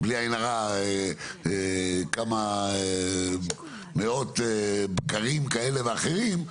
בלי עין הרע, כמה מאות בני בקר, כאלה ואחרים.